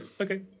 Okay